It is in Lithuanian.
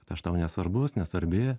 kad aš tau nesvarbus nesvarbi